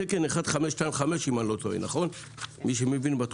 התקן 1525, אם אני לא טועה, הוא וולונטרי.